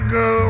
go